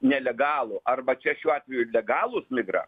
nelegalų arba čia šiuo atveju ir legalūs migra